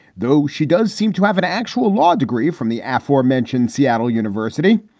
though she does seem to have an actual law degree from the aforementioned seattle university,